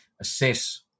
assess